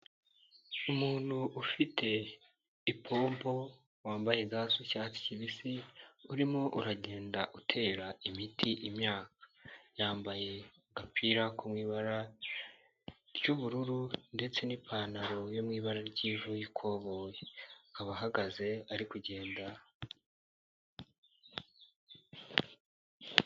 Umuntu ufite ipompo wambaye ga z'icyatsi kibisi, urimo uragenda utera imiti imyaka. Yambaye agapira ko mu ibara ry'ubururu ndetse n'ipantaro yo mu ibara ry'ivu yikoboye, akaba ahagaze ari kugenda.